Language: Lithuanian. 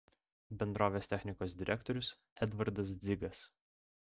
bendrovės technikos direktorius edvardas dzigas